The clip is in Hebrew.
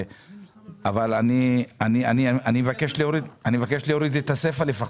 אבל אני מבקש להוריד את הסיפה לפחות,